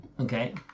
Okay